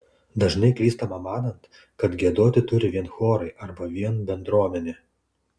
dažnai klystama manant kad giedoti turi vien chorai arba vien bendruomenė